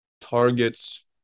targets